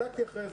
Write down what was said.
בדקתי אחרי זה.